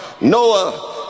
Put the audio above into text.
noah